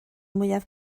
mwyaf